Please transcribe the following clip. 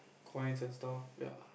coins and stuff ya